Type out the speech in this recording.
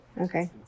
Okay